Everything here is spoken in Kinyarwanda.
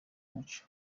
umuco